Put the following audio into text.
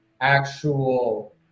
actual